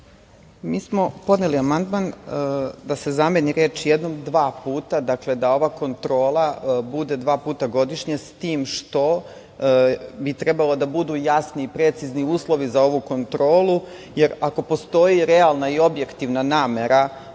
Mi smo podneli amandman da se zameni reč – jednom – dva puta, da ova kontrola bude dva puta godišnje, s tim što bi trebalo da budu jasni i precizni uslovi za ovu kontrolu, jer ako postoji realna i objektivna namera